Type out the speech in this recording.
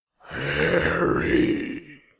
Harry